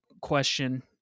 question